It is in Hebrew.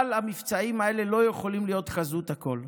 אבל המבצעים האלה לא יכולים להיות חזות הכול.